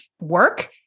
work